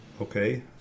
Okay